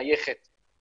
לא משנה איפה הם יושבים.